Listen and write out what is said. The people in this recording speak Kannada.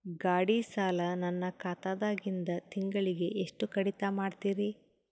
ಗಾಢಿ ಸಾಲ ನನ್ನ ಖಾತಾದಾಗಿಂದ ತಿಂಗಳಿಗೆ ಎಷ್ಟು ಕಡಿತ ಮಾಡ್ತಿರಿ?